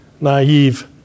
naive